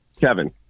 kevin